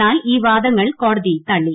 എന്നാൽ ഈ വാദങ്ങൾ കോടതി തള്ളി